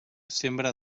sembra